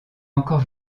encore